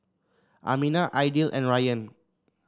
Aminah Aidil and Ryan